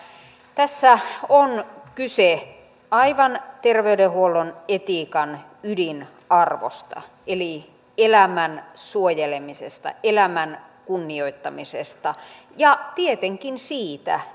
tässä on kyse aivan terveydenhuollon etiikan ydinarvosta eli elämän suojelemisesta elämän kunnioittamisesta ja tietenkin siitä